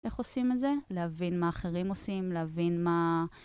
איך עושים את זה להבין מה אחרים עושים להבין מה